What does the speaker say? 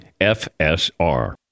FSR